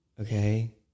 okay